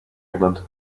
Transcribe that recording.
england